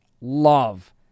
love